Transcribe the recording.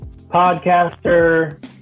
podcaster